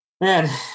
Man